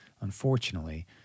unfortunately